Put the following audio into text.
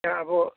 यहाँ अब